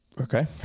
Okay